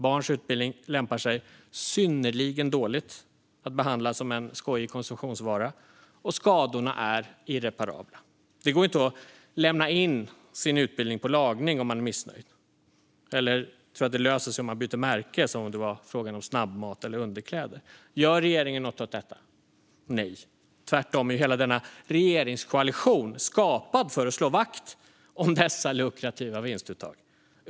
Barns utbildning lämpar sig synnerligen dåligt att behandla som en skojig konsumtionsvara. Och skadorna är irreparabla. Det går ju inte att lämna in sin utbildning på lagning om man är missnöjd eller tro att det löser sig om man byter märke, som om det vore fråga om snabbmat och underkläder. Gör regeringen något åt detta? Nej, tvärtom är ju hela denna regeringskoalition skapad för att slå vakt om dessa lukrativa vinstuttag.